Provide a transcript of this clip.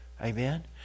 Amen